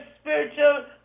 spiritual